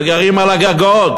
וגרים על הגגות,